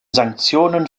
sanktionen